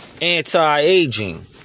Anti-Aging